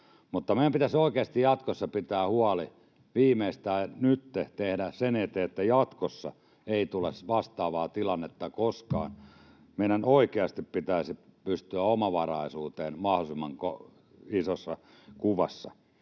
Meidän pitäisi oikeasti jatkossa pitää huoli, viimeistään nytten tehdä jotain sen eteen, että jatkossa ei tule vastaavaa tilannetta koskaan. Meidän oikeasti pitäisi pystyä omavaraisuuteen mahdollisimman isossa kuvassa.